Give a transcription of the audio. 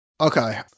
Okay